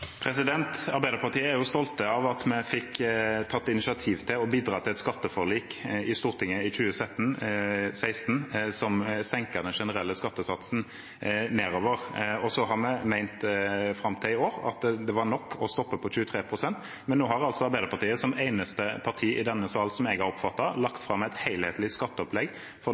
Arbeiderpartiet er stolt av at vi fikk tatt initiativ til og bidratt til et skatteforlik i Stortinget i 2016 som senket den generelle skattesatsen. Vi har ment fram til i år at det var nok å stoppe på 23 pst., men nå har altså Arbeiderpartiet, som eneste parti i denne sal, som jeg har oppfattet, lagt fram et helhetlig skatteopplegg for